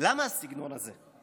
למה הסגנון הזה?